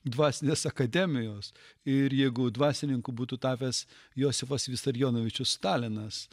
dvasinės akademijos ir jeigu dvasininku būtų tapęs josifas visarijonovičius stalinas